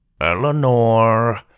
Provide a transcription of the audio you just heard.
Eleanor